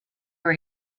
were